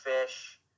Fish